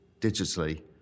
digitally